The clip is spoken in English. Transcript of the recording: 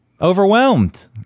Overwhelmed